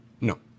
No